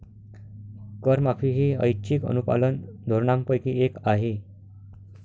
करमाफी ही ऐच्छिक अनुपालन धोरणांपैकी एक आहे